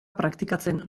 praktikatzen